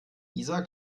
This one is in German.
isar